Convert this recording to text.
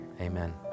Amen